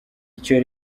icyo